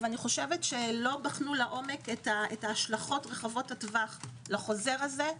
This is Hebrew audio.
ולא בחנו לעומק את ההשלכות רחבות הטווח לחוזר הזה.